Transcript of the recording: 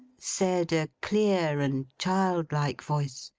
said a clear and childlike voice,